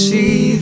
See